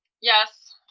Yes